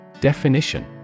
Definition